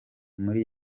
muri